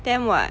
them [what]